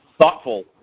Thoughtful